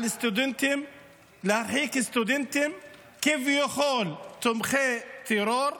להרחיק סטודנטים, כביכול, תומכי טרור.